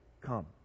come